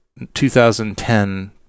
2010